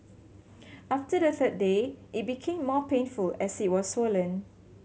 after the third day it became more painful as it was swollen